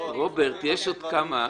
נראה לי --- רוברט, יש עוד כמה.